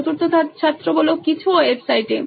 চতুর্থ ছাত্র কিছু ওয়েবসাইটে